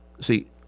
See